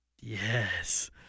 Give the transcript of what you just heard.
Yes